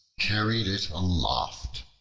carried it aloft.